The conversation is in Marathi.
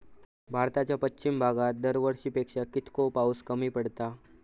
भारताच्या पश्चिम भागात दरवर्षी पेक्षा कीतको पाऊस कमी पडता?